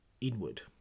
inward